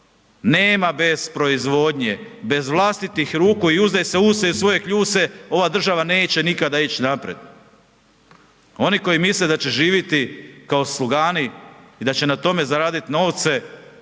Nema bez proizvodnje, bez vlastitih ruku i uzdaj se u se i u svoje kljuse, ova država neće nikada ići naprijed. Oni koji misle da će živjeti kao slugani i da će na tome zaraditi novce,